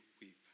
weep